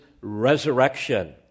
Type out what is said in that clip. resurrection